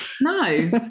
No